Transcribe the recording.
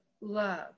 love